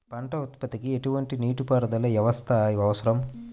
పంట ఉత్పత్తికి ఎటువంటి నీటిపారుదల వ్యవస్థ అవసరం?